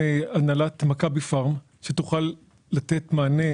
אני רוצה לדעת